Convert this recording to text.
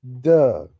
Duh